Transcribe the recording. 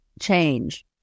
change